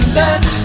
let